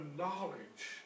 knowledge